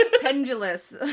pendulous